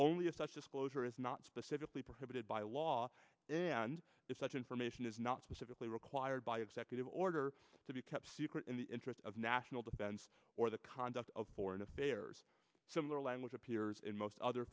only if such disclosure is not specifically prohibited by law then if such information is not specifically required by executive order to be kept secret in the interest of national defense or the conduct of foreign affairs similar language appears in most other